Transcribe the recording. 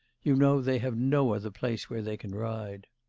you know, they have no other place where they can ride